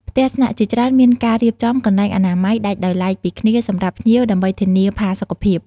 ផ្ទះស្នាក់ជាច្រើនមានការរៀបចំ កន្លែងអនាម័យ ដាច់ដោយឡែកពីគ្នាសម្រាប់ភ្ញៀវ ដើម្បីធានាផាសុកភាព។